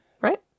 right